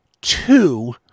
two